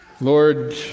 Lord